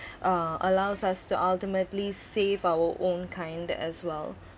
uh allows us to ultimately save our own kind as well